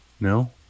No